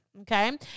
Okay